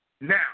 now